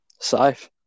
Safe